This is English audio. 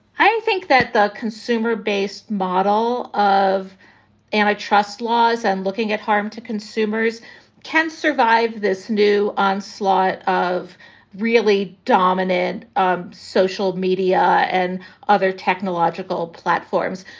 i think that the consumer based model of antitrust laws and looking at harm to consumers can survive this new onslaught of really dominated um social media and other technological platforms.